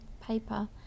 paper